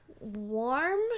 warm